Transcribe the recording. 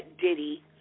Diddy